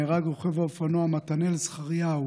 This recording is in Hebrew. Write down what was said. נהרג רוכב האופנוע מתנאל זכריהו,